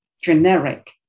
generic